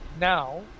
now